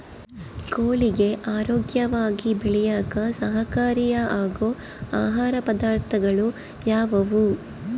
ಕೋಳಿಗೆ ಆರೋಗ್ಯವಾಗಿ ಬೆಳೆಯಾಕ ಸಹಕಾರಿಯಾಗೋ ಆಹಾರ ಪದಾರ್ಥಗಳು ಯಾವುವು?